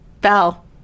bell